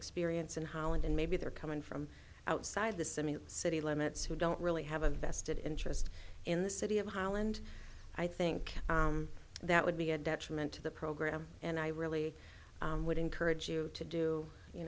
experience in holland and maybe they're coming from outside the city limits who don't really have a vested interest in the city of holland i think that would be a detriment to the program and i really would encourage you to do you